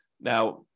now